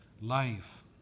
life